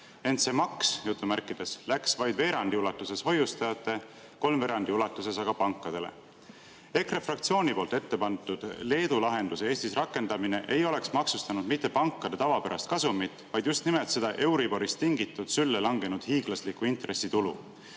Ent see "maks" läks vaid veerandi ulatuses hoiustajatele, kolmveerandi ulatuses aga pankadele. EKRE fraktsiooni ette pandud Leedu lahenduse Eestis rakendamine ei oleks maksustanud mitte pankade tavapärast kasumit, vaid just nimelt seda euriborist tingitud sülle langenud hiiglaslikku intressitulu,